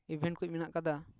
event ᱠᱚᱡ ᱢᱮᱱᱟᱜ ᱠᱟᱫᱟ